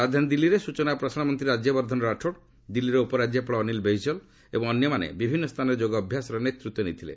ରାଜଧାନୀ ଦିଲ୍ଲୀରେ ସ୍ଚଚନା ଓ ପ୍ରସାରଣ ମନ୍ତ୍ରୀ ରାଜ୍ୟବର୍ଦ୍ଧନ ରାଠୋଡ୍ ଦିଲ୍ଲୀର ଉପରାଜ୍ୟପାଳ ଅନୀଲ ବୈଜଲ୍ ଏବଂ ଅନ୍ୟମାନେ ବିଭିନ୍ନ ସ୍ଥାନରେ ଯୋଗ ଅଭ୍ୟାସର ନେତୃତ୍ୱ ନେଇଥିଲେ